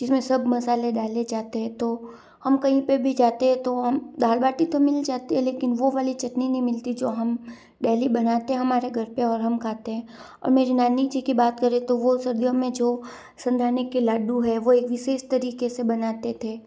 इसमें सब मसाले डाले जाते हैं तो हम कहीं पर भी जाते हैं तो हम दाल बाटी तो मिल जाते है लेकिन वो वाली चटनी नहीं मिलती जो हम डेली बनाते हैं हमारे घर पर और हम खाते हैं और मेरी नानी जी की बात करें तो वो सर्दियों में जो संधानी के लड्डू है वो एक विशेष तरीके से बनाते थे